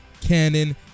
canon